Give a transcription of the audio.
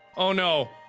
oh no